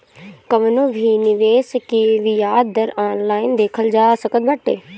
कवनो भी निवेश के बियाज दर ऑनलाइन देखल जा सकत बाटे